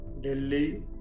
Delhi